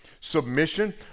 Submission